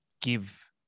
give